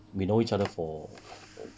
we know each other for